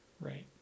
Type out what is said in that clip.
right